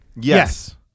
Yes